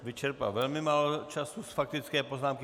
Vyčerpal velmi málo času z faktické poznámky.